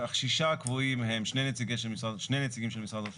השישה הקבועים הם שני נציגים של משרד ראש הממשלה.